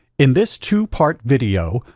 in this two-part video,